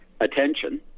attention